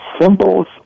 symbols